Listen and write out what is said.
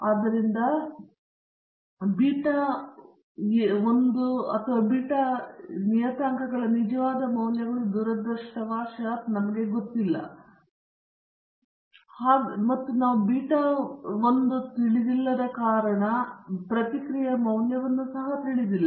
ಆದ್ದರಿಂದ ಬೀಟಾ ಏನೂ ಮತ್ತು ಬೀಟಾ 1 ನಿಯತಾಂಕಗಳ ನಿಜವಾದ ಮೌಲ್ಯಗಳು ದುರದೃಷ್ಟವಶಾತ್ ನಮಗೆ ಗೊತ್ತಿಲ್ಲ ಮತ್ತು ನಾವು ಬೀಟಾ ನಥಿಂಗ್ ಮತ್ತು ಬೀಟಾ 1 ಅನ್ನು ತಿಳಿದಿಲ್ಲದ ಕಾರಣ ನಾವು ಪ್ರತಿಕ್ರಿಯೆಯ ಮೌಲ್ಯವನ್ನು ಸಹ ತಿಳಿದಿಲ್ಲ